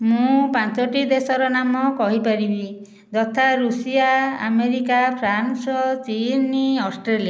ମୁଁ ପାଞ୍ଚୋଟି ଦେଶର ନାମ କହି ପାରିବି ଯଥା ରୁଷିଆ ଆମେରିକା ଫ୍ରାନ୍ସ ଚିନ୍ ଅଷ୍ଟ୍ରେଲିଆ